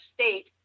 state